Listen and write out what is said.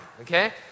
okay